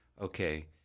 okay